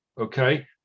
okay